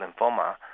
lymphoma